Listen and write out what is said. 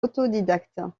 autodidacte